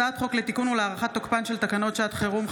הצעת חוק משפחות חיילים שנספו במערכה (תגמולים ושיקום)